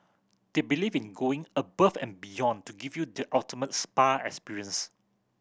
they believe in going above and beyond to give you the ultimate spa experience